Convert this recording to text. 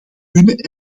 kunnen